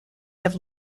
have